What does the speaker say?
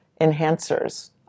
enhancers